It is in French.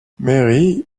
mary